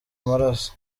amaraso